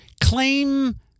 Claim